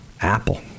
Apple